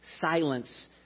silence